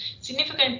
significant